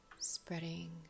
Spreading